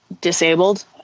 disabled